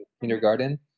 kindergarten